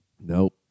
Nope